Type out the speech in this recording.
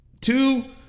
Two